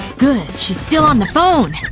good, she's still on the phone.